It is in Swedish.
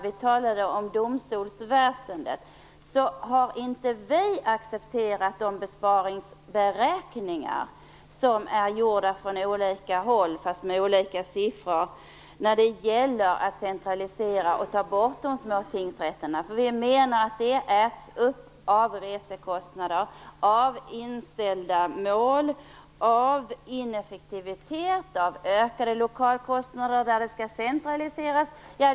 Inom domstolsväsendet har inte vi accepterat de besparingsberäkningar som gjorts från olika håll med olika siffror när det gäller att centralisera och ta bort de små tingsrätterna. Vi menar att det äts upp av resekostnader, inställda mål, ineffektivitet, ökade lokalkostnader vid centralisering.